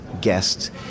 guests